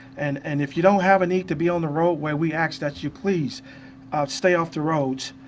and and if you don't have a need to be on the roadway, we ask that you please stay off the roads.